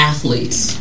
Athletes